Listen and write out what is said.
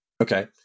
Okay